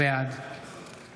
בעד